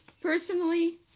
personally